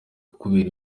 kubera